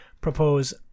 propose